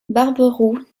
barberou